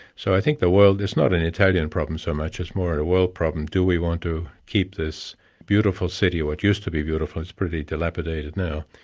so i think the world, it's not an italian problem so much, it's more a world problem. do we want to keep this beautiful city, or it used to be beautiful, it's pretty dilapidated now,